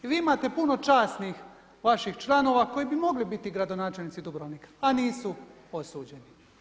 Vi imate puno časnih vaših članova koji bi mogli biti gradonačelnici Dubrovnika, a nisu osuđeni.